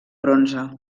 bronze